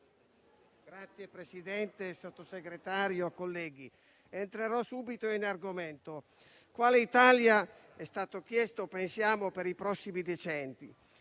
Signor Presidente, signor Sottosegretario, colleghi, entrerò subito in argomento. Quale Italia - è stato chiesto - pensiamo per i prossimi decenni?